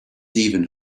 even